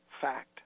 fact